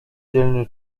dzielny